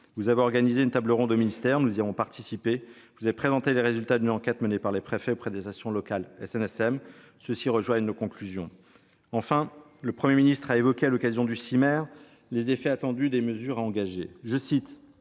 Vous avez organisé une table ronde au ministère ; nous y avons participé. Vous avez présenté les résultats d'une enquête menée par les préfets auprès des stations locales SNSM : ceux-ci rejoignent nos conclusions. Enfin, à l'occasion du CIMer, le Premier ministre a évoqué les effets attendus des mesures à engager- voici,